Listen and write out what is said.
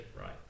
right